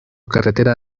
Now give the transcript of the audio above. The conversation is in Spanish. carretera